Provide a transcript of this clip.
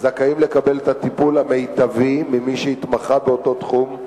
זכאים לקבל את הטיפול המיטבי ממי שהתמחה באותו תחום,